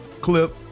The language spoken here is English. clip